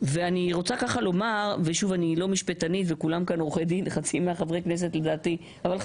אני לא משפטנית נראה לי שחצי מחברי הכנסת הם עורכי